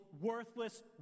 worthless